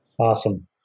Awesome